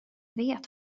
vet